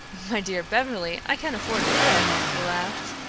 my dear beverly, i can afford the trip, he laughed.